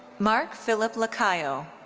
marc philip lacayo.